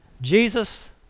Jesus